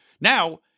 Now